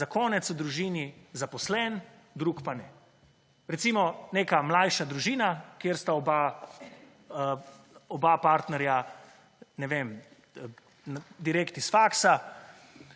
zakonec v družini zaposlen, drugi pa ne. Recimo, neka mlajša družina, kjer sta oba partnerja, ne vem, direktno iz faksa,